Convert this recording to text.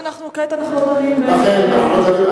כעת אנחנו לא דנים בשאלה הזאת.